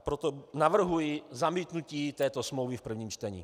Proto navrhuji zamítnutí této smlouvy v prvním čtení.